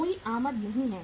कोई आमद नहीं है